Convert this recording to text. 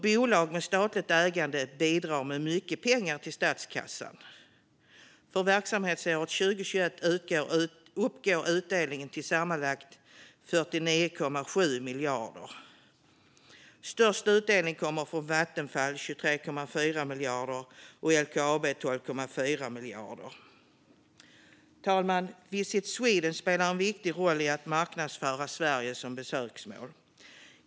Bolag med statligt ägande bidrar med mycket pengar till statskassan. För verksamhetsåret 2021 uppgår utdelningen till sammanlagt 49,7 miljarder kronor. Störst utdelning kommer från Vattenfall med 23,4 miljarder och LKAB med 12,4 miljarder. Herr talman! Visit Sweden spelar en viktig roll i att marknadsföra Sverige som besöksmål.